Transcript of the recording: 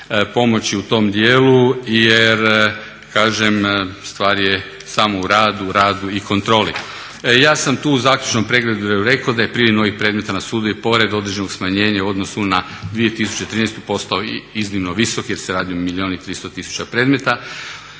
pomoći u tom dijelu jer kažem stvar je samo u radu, radu i kontroli. Ja sam tu u zaključnom pregledu rekao da je priljev novih predmeta na sudu i pored određenog smanjenja u odnosu na 2013. postao iznimno visok jer se radi o milijun i 300 tisuća predmeta.